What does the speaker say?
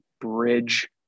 bridge